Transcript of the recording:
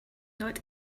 not